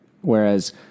Whereas